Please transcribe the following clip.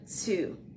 two